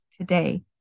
today